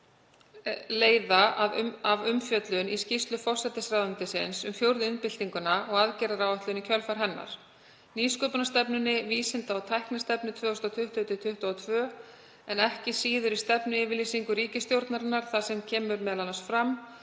m.a. leiða af umfjöllun í skýrslu forsætisráðuneytisins um fjórðu iðnbyltinguna og aðgerðaáætlun í kjölfar hennar, nýsköpunarstefnunni, Vísinda- og tæknistefnu 2020–2022, en ekki síður í stefnuyfirlýsingu ríkisstjórnarinnar þar sem kemur m.a. fram